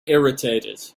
irritated